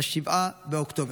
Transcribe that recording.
7 באוקטובר.